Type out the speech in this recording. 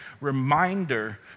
reminder